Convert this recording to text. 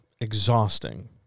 exhausting